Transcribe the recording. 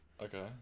Okay